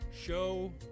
show